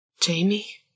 Jamie